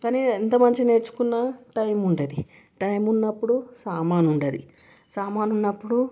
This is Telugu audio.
కానీ ఎంత మంచిగా నేర్చుకున్నటైము ఉండదు టైము ఉన్నప్పుడు సామాను ఉండదు సామాను ఉన్నప్పుడు